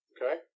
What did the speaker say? Okay